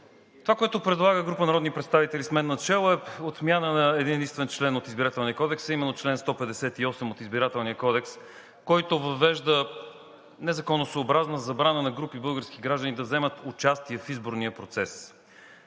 Това, което предлага групата народни представители, с мен начело, е отмяна на един единствен член от Избирателния кодекс, а именно чл. 158 от Избирателния кодекс, който въвежда незаконосъобразна забрана за групи български граждани да вземат участие в изборния процес.